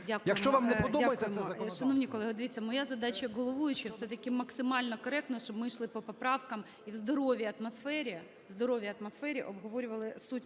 Якщо вам не подобається це законодавство...